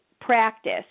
practice